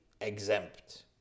exempt